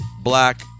black